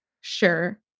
sure